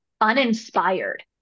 uninspired